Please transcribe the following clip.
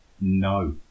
no